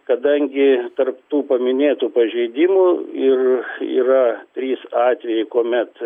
kadangi tarp tų paminėtų pažeidimų ir yra trys atvejai kuomet